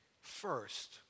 first